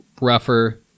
rougher